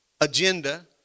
agenda